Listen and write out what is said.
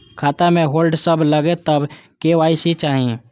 खाता में होल्ड सब लगे तब के.वाई.सी चाहि?